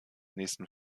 nächsten